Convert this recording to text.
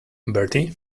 bertie